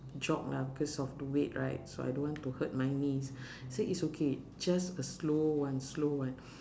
jog lah because of the weight right so I don't want to hurt my knees say it's okay just a slow one slow one